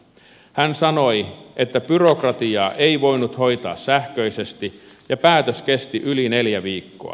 hän sanoi että byrokratiaa ei voinut hoitaa sähköisesti ja päätös kesti yli neljä viikkoa